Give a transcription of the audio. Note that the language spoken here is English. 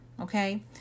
Okay